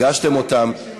הגשתם אותן,